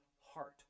heart